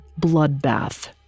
bloodbath